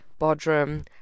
Bodrum